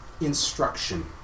instruction